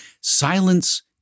silence